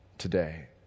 today